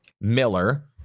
Miller